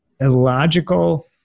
illogical